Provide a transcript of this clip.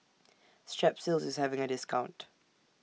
Strepsils IS having A discount